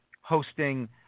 hosting